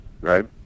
right